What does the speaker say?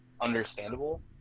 understandable